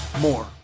more